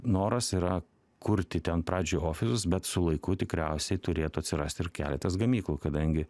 noras yra kurti ten pradžioj ofisus bet su laiku tikriausiai turėtų atsirast ir keletas gamyklų kadangi